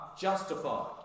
justified